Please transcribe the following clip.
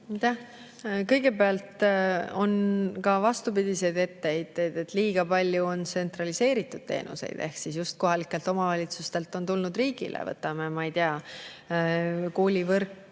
Kõigepealt, on ka vastupidiseid etteheiteid, et liiga palju on tsentraliseeritud teenuseid ehk just kohalikelt omavalitsustelt on tulnud riigile. Võtame, ma ei tea, koolivõrk